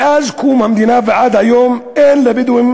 מאז קום המדינה ועד היום אין לבדואים